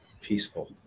Peaceful